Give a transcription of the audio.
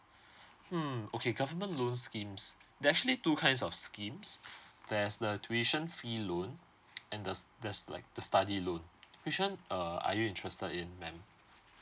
mm okay government loan schemes there's actually two kinds of schemes there's the tuition fee loan and there's there's like the study loan which one uh are you interested in ma'am